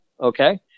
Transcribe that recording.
okay